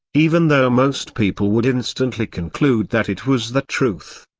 even though most people would instantly conclude that it was the truth.